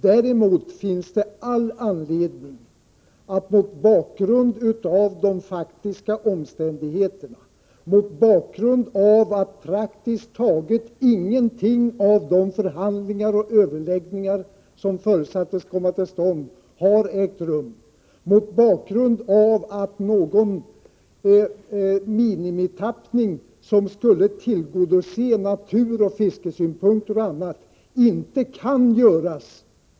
Däremot finns det all anledning konstatera — mot bakgrund av de faktiska omständigheterna, mot bakgrund av att praktiskt taget ingenting av de förhandlingar och överläggningar som förutsattes komma till stånd har ägt rum — att någon minimitappning som skulle tillgodose naturoch fiskesynpunkter inte kan göras.